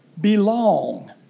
belong